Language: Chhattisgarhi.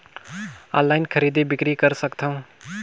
ऑनलाइन खरीदी बिक्री कर सकथव?